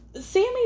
Sammy